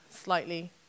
slightly